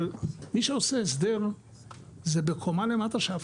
אבל מי שעושה הסדר זה בקומה למטה שאף